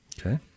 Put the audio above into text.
Okay